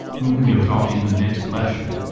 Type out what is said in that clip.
whom we'll talk in the next lecture.